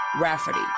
Rafferty